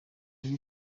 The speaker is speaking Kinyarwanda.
muri